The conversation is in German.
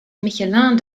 michelin